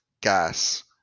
gas